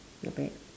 not bad